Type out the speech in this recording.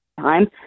Time